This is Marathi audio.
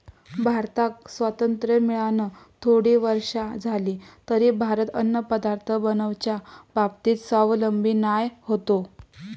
भारताक स्वातंत्र्य मेळान थोडी वर्षा जाली तरी भारत अन्नपदार्थ बनवच्या बाबतीत स्वावलंबी नाय होतो